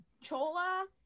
Chola